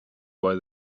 why